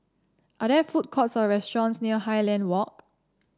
are there food courts or restaurants near Highland Walk